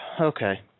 Okay